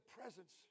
presence